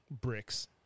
bricks